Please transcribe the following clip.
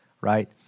right